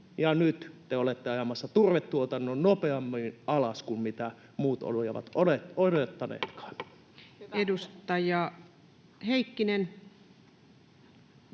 nyt te olette ajamassa turvetuotannon nopeammin alas kuin mitä muut olivat odottaneetkaan. [Speech